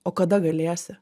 o kada galėsi